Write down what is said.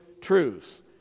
truths